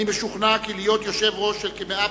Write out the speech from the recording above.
אני משוכנע כי להיות יושב-ראש של כ-150